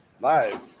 Live